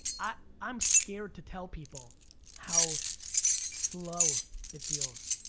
i'm scared to tell people how slow it feels.